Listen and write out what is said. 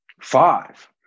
Five